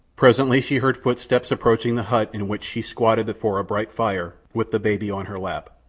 presently she heard footsteps approaching the hut in which she squatted before a bright fire with the baby on her lap.